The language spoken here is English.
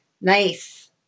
Nice